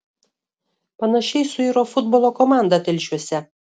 panašiai suiro futbolo komanda telšiuose